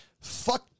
Fuck